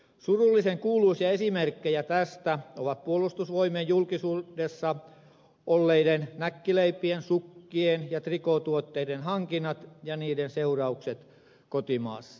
surullisenkuuluisia esimerkkejä tästä ovat puolustusvoimien julkisuudessa olleiden näkkileipien sukkien ja trikootuotteiden hankinnat ja niiden seuraukset kotimaassa